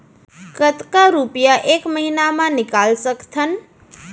कतका रुपिया एक महीना म निकाल सकथन?